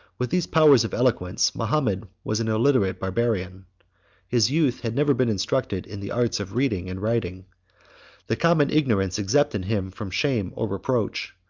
with these powers of eloquence, mahomet was an illiterate barbarian his youth had never been instructed in the arts of reading and writing the common ignorance exempted him from shame or reproach,